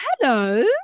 hello